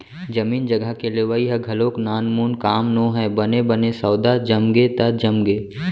जमीन जघा के लेवई ह घलोक नानमून काम नोहय बने बने सौदा जमगे त जमगे